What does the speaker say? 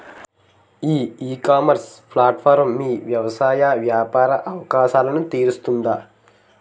ఈ ecommerce platform మీ వ్యవసాయ వ్యాపార అవసరాలను తీరుస్తుందా?